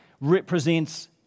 represents